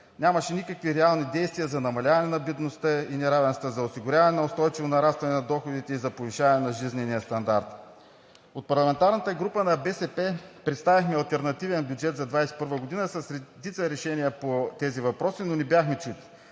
нямаше никакви реални действия за намаляване на бедността и неравенствата, за осигуряване устойчиво нарастване на доходите и за повишаване на жизнения стандарт. От парламентарната група на БСП представихме алтернативен бюджет за 2021 г. с редица решения по тези въпроси, но не бяхме чути.